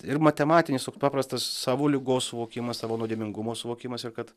ir matematinis paprastas savo ligos suvokimas savo nuodėmingumo suvokimas ir kad